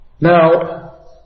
Now